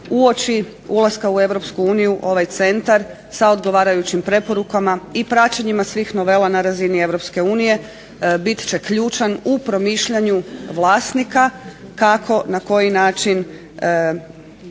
uoči ulaska u EU ovaj centar sa odgovarajućim preporukama i praćenjima svih novela na razini EU bit će ključan u promišljanju vlasnika kako, na koji način